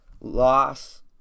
loss